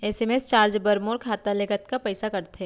SMS charge बर मोर खाता ले कतका पइसा कटथे?